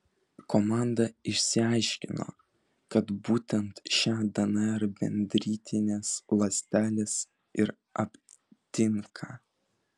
komanda išsiaiškino kad būtent šią dnr dendritinės ląstelės ir aptinka